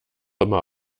immer